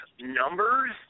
numbers